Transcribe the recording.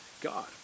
God